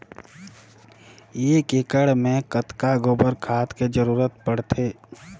एक एकड़ मे कतका गोबर खाद के जरूरत पड़थे?